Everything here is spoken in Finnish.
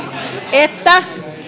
että